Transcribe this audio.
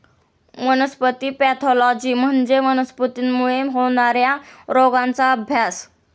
वनस्पती पॅथॉलॉजी म्हणजे वनस्पतींमुळे होणार्या रोगांचा अभ्यास